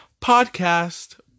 podcast